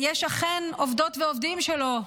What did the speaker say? יש אכן עובדות ועובדים שלו,